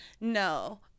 No